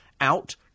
out